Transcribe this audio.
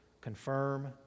confirm